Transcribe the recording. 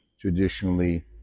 Traditionally